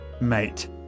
Mate